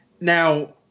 Now